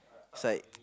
side